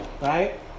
right